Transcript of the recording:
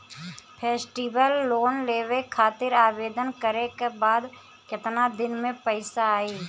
Festival loan लेवे खातिर आवेदन करे क बाद केतना दिन म पइसा आई?